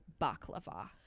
Baklava